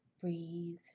Breathe